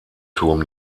turm